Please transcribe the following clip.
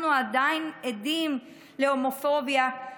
אנחנו עדיין עדים להומופוביה,